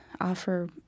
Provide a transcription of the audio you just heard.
offer